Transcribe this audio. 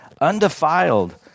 undefiled